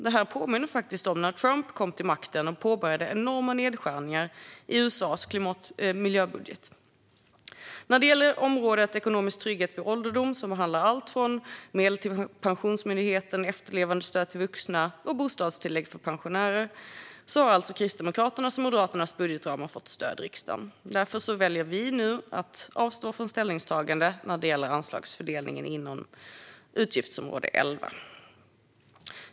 Det påminner faktiskt om när Trump kom till makten och påbörjade enorma nedskärningar i USA:s miljöbudget. När det gäller området ekonomisk trygghet vid ålderdom, som behandlar allt mellan medel till Pensionsmyndigheten, efterlevandestöd till vuxna och bostadstillägg för pensionärer, har alltså Kristdemokraternas och Moderaternas budgetramar fått stöd i riksdagen. Därför väljer vi nu att avstå från ställningstagande när det gäller anslagsfördelningen inom utgiftsområde 11.